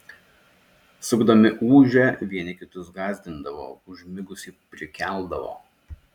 sukdami ūžę vieni kitus gąsdindavo užmigusį prikeldavo